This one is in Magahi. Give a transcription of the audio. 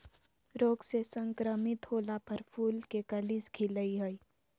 रोग से संक्रमित होला पर फूल के कली खिलई हई